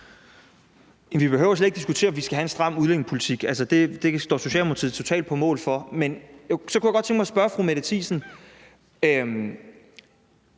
vi behøver slet ikke at diskutere, om vi skal have en stram udlændingepolitik; altså, det står Socialdemokratiet totalt på mål for. Men jeg kunne godt tænke mig at spørge fru Mette Thiesen,